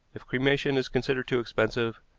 if cremation is considered too expensive,